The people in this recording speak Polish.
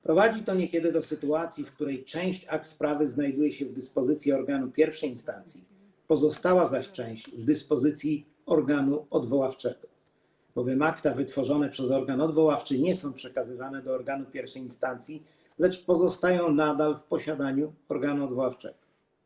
Prowadzi to niekiedy do sytuacji, w której część akt sprawy znajduje się w dyspozycji organu I instancji pozostała zaś część - w dyspozycji organu odwoławczego, bowiem akta wytworzone przez organ odwoławczy nie są przekazywane do organu I instancji, lecz pozostają nadal w posiadaniu organu odwoławczego.